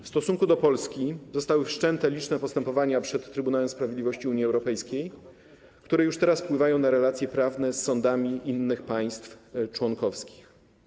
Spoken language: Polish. W stosunku do Polski zostały wszczęte liczne postępowania przed Trybunałem Sprawiedliwości Unii Europejskiej, które już teraz wpływają na relacje prawne z sądami innych państw członkowskich.